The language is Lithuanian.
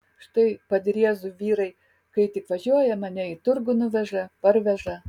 štai padriezų vyrai kai tik važiuoja mane į turgų nuveža parveža